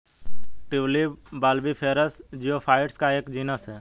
tulip bulbiferous geophytes का एक genus है